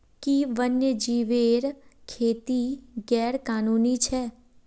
कि वन्यजीवेर खेती गैर कानूनी छेक?